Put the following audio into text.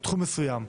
תחום מסוים.